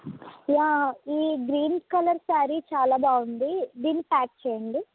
yeah ఈ green colour sari చాలా బాగుంది దీన్ని ప్యాక్ చెయ్యండి